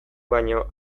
baino